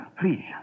Please